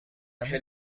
آیا